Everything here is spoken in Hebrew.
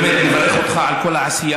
אני באמת מברך אותך על כל העשייה.